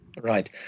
Right